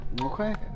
okay